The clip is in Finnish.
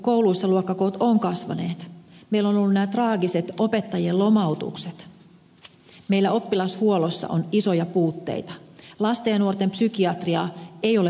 kouluissa luokkakoot ovat kasvaneet meillä on ollut nämä traagiset opettajien lomautukset meillä oppilashuollossa on isoja puutteita lasten ja nuortenpsykiatriaa ei ole pystytty korjaamaan